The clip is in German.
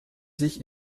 sich